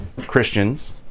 Christians